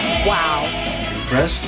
Wow